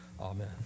Amen